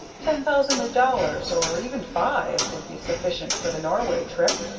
ten thousand dollars, or even five, would be sufficient for the norway trip,